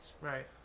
Right